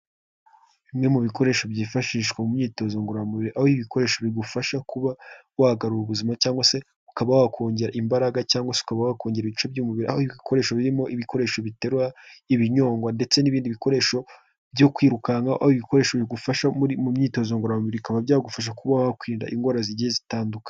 Bimwe mu bikoresho byifashishwa mu myitozo ngororamubiri aho ibikoresho bigufasha kuba wagarura ubuzima cyangwa se ukaba wakongera imbaraga cyangwa se ukaba wakongera ibice by'umubiri aho ibikoresho birimo ibikoresho biterura, ibinyongwa ndetse n'ibindi bikoresho byo kwirukanka aho ibikoresho bigufasha uri mu myitozo ngororamubiri bikaba byagufasha kuba wa kwirinda indwara zigiye zitandukanye.